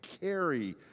carry